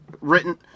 written